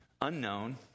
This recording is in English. unknown